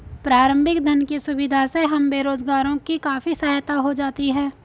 प्रारंभिक धन की सुविधा से हम बेरोजगारों की काफी सहायता हो जाती है